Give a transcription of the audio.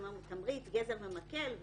תמריץ גזר ומקל,